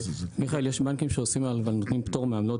מיכאל, יש בנקים שנותנים פטור מעמלות